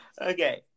Okay